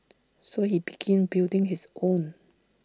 so he began building his own